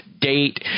date